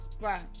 Right